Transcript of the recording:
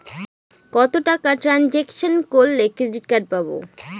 কত টাকা ট্রানজেকশন করলে ক্রেডিট কার্ড পাবো?